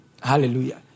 Hallelujah